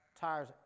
Tires